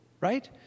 right